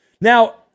Now